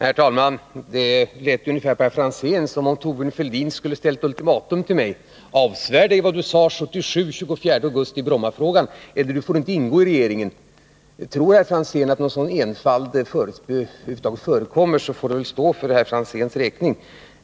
Herr talman! Det lät på herr Franzén som om Thorbjörn Fälldin skulle ha ställt ultimatum till mig: Avsvär dig vad du den 24 augusti 1977 sade i Brommafrågan, eller du får inte ingå i regeringen! Tror herr Franzén att någon sådan enfald förekommer, så får det väl stå för herr Franzéns räkning.